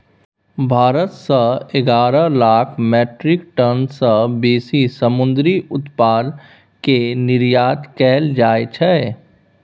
भारत सँ एगारह lakh metric ton सँ बेसी समुंदरी उत्पाद केर निर्यात कएल जाइ छै